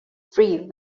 free